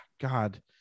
God